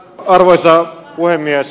arvoisa puhemies